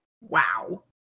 wow